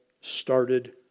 started